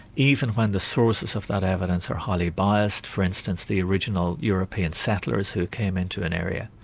even when the sources of that evidence are highly biased, for instance the original european settlers who came into an area.